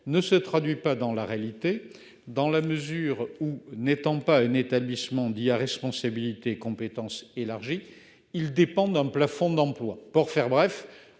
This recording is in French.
ne se traduit pas dans la réalité, dans la mesure où n'étant pas une établissement dit à responsabilité compétences élargies. Ils dépendent d'un plafond d'emplois pour faire bref,